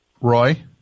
Roy